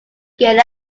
get